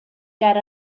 ger